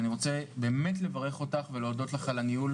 ואני רוצה באמת לברך אותך ולהודות לך על הניהול